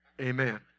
Amen